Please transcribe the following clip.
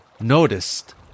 noticed